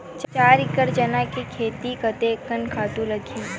चार एकड़ चना के खेती कतेकन खातु लगही?